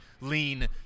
lean